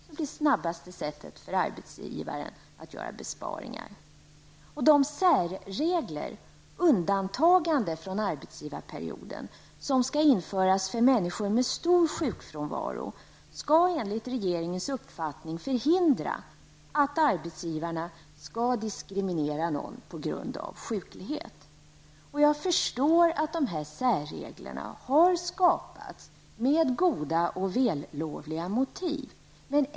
Det blir snabbaste sättet för arbetsgivarna att göra besparingar. De särregler, undantagande från arbetsgivarperioden, som skall införas för människor med stor sjukfrånvaro, skall enligt regeringens uppfattning förhindra att arbetsgivarna diskriminerar någon på grund av sjuklighet. Jag förstår att särreglerna skapats med goda och vällovliga motiv.